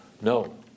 No